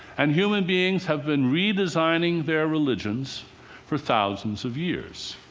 and human beings have been redesigning their religions for thousands of years.